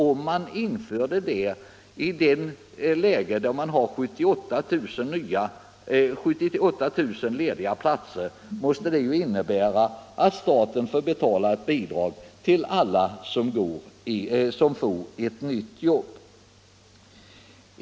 Om man införde femkronan i ett läge där man har 78 000 lediga platser, måste det ju innebära att staten skall betala ett bidrag till alla som får ett nytt jobb.